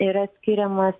yra skiriamas